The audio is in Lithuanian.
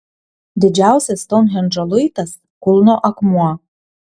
didžiausias stounhendžo luitas kulno akmuo